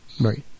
right